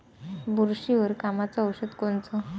बुरशीवर कामाचं औषध कोनचं?